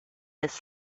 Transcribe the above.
this